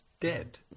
dead